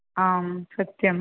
आम् सत्यम्